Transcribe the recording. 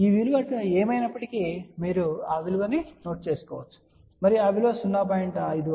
ఈ విలువ ఏమైనప్పటికీ మీరు ఆ విలువను నోట్ చేసుకోవచ్చు మరియు ఆ విలువ 0